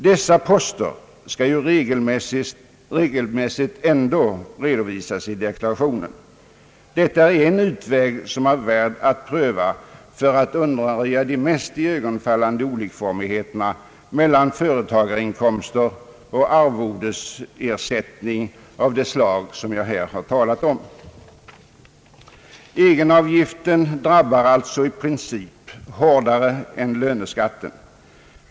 Dessa poster skall ju regelmässigt ändå redovisas i deklarationen. Detta är en utväg som är värd att pröva för att undanröja de mest iögonenfallande olikformigheterna mellan företagarinkomster och arvodesersättningar av det slag jag har talat om. Egenavgiften drabbar alltså i princip hårdare än löneskatten.